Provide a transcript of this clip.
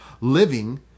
living